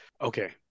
okay